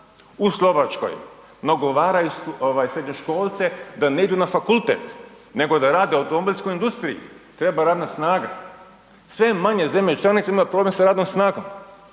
U Slovačkoj nagovaraju srednjoškolce da ne idu na fakultet nego da rade u automobilskoj industriji, treba radna snaga. Sve je manje zemlja članica imaju problem sa radnom snagom.